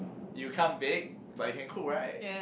you can't bake but you can cook right